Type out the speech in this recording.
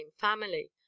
family